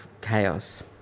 chaos